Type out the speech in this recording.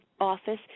office